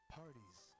parties